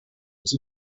was